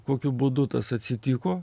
kokiu būdu tas atsitiko